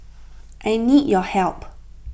I need your help